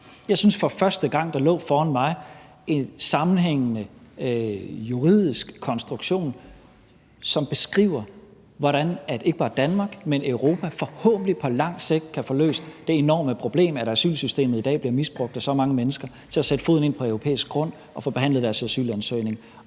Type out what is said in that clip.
for første gang lå en sammenhængende juridisk konstruktion foran mig, som beskriver, hvordan ikke bare Danmark, men Europa forhåbentlig på lang sigt kan få løst det enorme problem, at asylsystemet i dag bliver misbrugt af så mange mennesker til at sætte foden ned på europæisk grund og få behandlet deres asylansøgning,